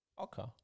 Okay